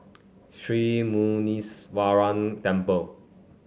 Sri Muneeswaran Temple